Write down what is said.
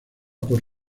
por